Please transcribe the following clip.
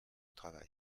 travail